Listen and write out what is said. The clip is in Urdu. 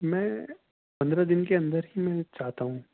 میں پندرہ دن کے اندر ہی میں چاہتا ہوں